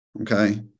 Okay